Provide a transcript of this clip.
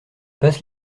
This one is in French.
passe